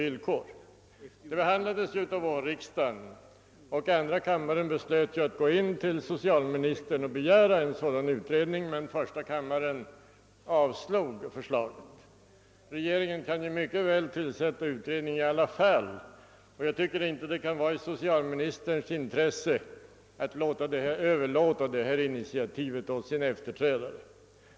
Frågan behandlades av vårriksdagen, och andra kammaren beslöt då att hos socialministern hemställa om en utredning, medan första kammaren avslog förslaget. Men regeringen kan ju mycket väl tillsätta utredningen ändå och jag tycker inte det ligger i socialministerns intresse att överlåta saken till sin efterträdare.